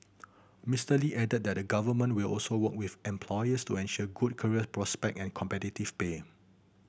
Mister Lee added that the Government will also work with employers to ensure good career prospect and competitive pay